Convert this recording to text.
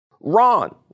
Ron